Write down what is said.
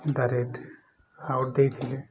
direct out ଦେଇଥିଲେ